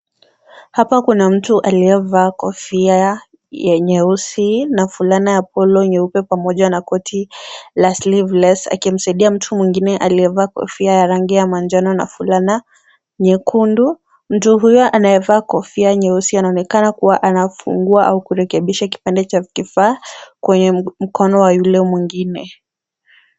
Hapa kuna mtu aliyevaa kofia ya nyeusi na fulana ya polo nyeupe pamoja na koti la sleeveless akimsaidia mtu mwingine aliyevaa kofia la rangi ya manjano na fulana nyekundu . Mtu huyo anayevaa kofia nyeusi anaonekana kuwa anafungua au kurekebisha kipande cha kifaa kwenye mkono wa yule mwingine.